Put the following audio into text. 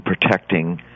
protecting